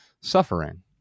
suffering